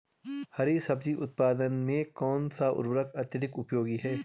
हरी सब्जी उत्पादन में कौन सा उर्वरक अत्यधिक उपयोगी है?